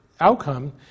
outcome